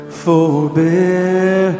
forbear